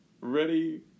Ready